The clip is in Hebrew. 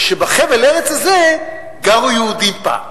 שבחבל ארץ זה גרו יהודים פעם,